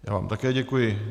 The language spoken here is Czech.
Já vám také děkuji.